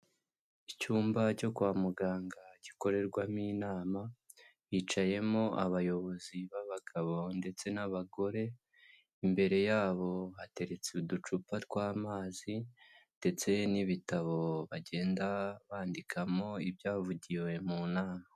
Icyumba cyo kwa muganga gikorerwamo inama, hicayemo abayobozi b'abagabo ndetse n'abagore, imbere yabo bateretse uducupa tw'amazi ndetse n'ibitabo bagenda bandikamo ibyavugiwe mu nama.